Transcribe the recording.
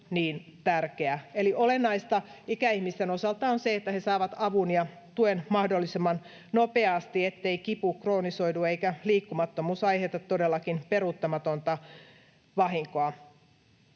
olennaista ikäihmisten osalta on se, että he saavat avun ja tuen mahdollisimman nopeasti, niin ettei kipu kroonistu eikä liikkumattomuus aiheuta peruuttamatonta vahinkoa.